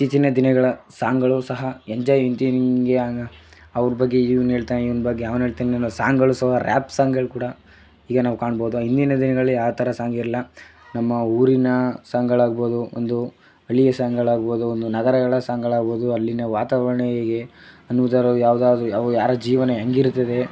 ಇತ್ತೀಚಿನ ದಿನಗಳ ಸಾಂಗ್ಗಳು ಸಹ ಎಂಜಾಯ್ ಅವ್ರ ಬಗ್ಗೆ ಇವ್ನ ಹೇಳ್ತಲೇ ಇವ್ನ ಬಗ್ಗೆ ಅವ್ನ ಹೇಳ್ತಲೇ ಇನ್ನೂ ಸಾಂಗ್ಗಳು ಸಹ ರಾಪ್ ಸಾಂಗ್ಗಳು ಕೂಡ ಈಗ ನಾವು ಕಾಣ್ಬೋದು ಹಿಂದಿನ ದಿನಗಳಲ್ಲಿ ಆ ಥರ ಸಾಂಗ್ ಇರಲಿಲ್ಲ ನಮ್ಮ ಊರಿನ ಸಾಂಗ್ಗಳಾಗ್ಬೋದು ಒಂದು ಹಳ್ಳಿಯ ಸಾಂಗ್ಗಳಾಗ್ಬೋದು ಒಂದು ನಗರಗಳ ಸಾಂಗ್ಗಳಾಗ್ಬೋದು ಅಲ್ಲಿನ ವಾತಾವರಣ ಹೇಗೆ ಅನ್ನುವುದರ ಯಾವುದಾದ್ರೂ ಯಾವು ಯಾರ ಜೀವನ ಹೆಂಗಿರುತ್ತದೆ